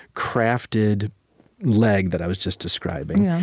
crafted leg that i was just describing,